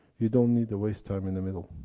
you don't need to waste time in the middle.